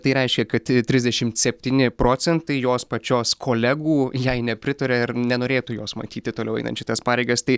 tai reiškia kad trisdešimt septyni procentai jos pačios kolegų jai nepritaria ir nenorėtų jos matyti toliau einant šitas pareigas tai